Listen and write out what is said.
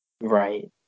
Right